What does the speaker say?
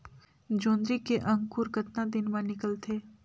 जोंदरी के अंकुर कतना दिन मां निकलथे?